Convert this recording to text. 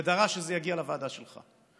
ודרש שזה יגיע לוועדה שלך.